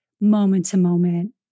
moment-to-moment